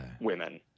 women